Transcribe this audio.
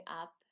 up